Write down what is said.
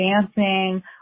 dancing